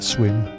Swim